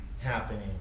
happening